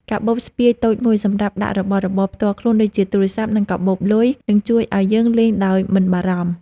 កាបូបស្ពាយតូចមួយសម្រាប់ដាក់របស់របរផ្ទាល់ខ្លួនដូចជាទូរស័ព្ទ និងកាបូបលុយនឹងជួយឱ្យយើងលេងដោយមិនបារម្ភ។